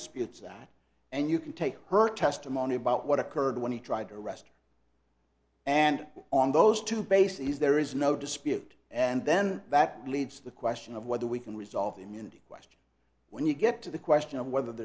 disputes that and you can take her testimony about what occurred when he tried to arrest and on those two bases there is no dispute and then that leads to the question of whether we can resolve immunity question when you get to the question of whether